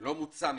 לא מוצה מבחינתי,